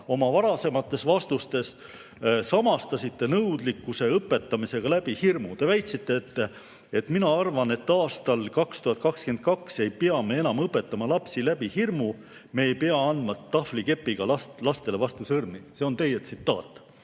oma varasemates vastustes samastasite nõudlikkuse õpetamisega hirmu abil. Te väitsite, et teie arvates aastal 2022 ei pea me enam õpetama lapsi hirmu abil, et me ei pea andma kaardikepiga lastele vastu sõrmi. See oli teie tsitaat.